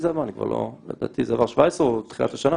תחילת 18'